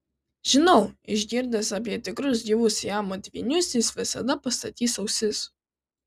žinau išgirdęs apie tikrus gyvus siamo dvynius jis visada pastatys ausis